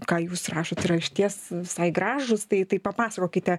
ką jūs rašot yra išties visai gražūs tai tai papasakokite